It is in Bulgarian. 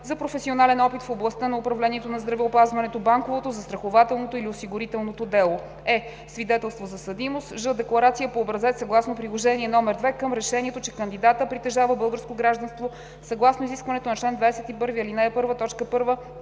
за професионален опит в областта на управлението на здравеопазването, банковото, застрахователното или осигурителното дело; е) свидетелство за съдимост; ж) декларация по образец съгласно Приложение № 2 към решението, че кандидатът притежава българско гражданство съгласно изискването на чл. 21, ал. 1,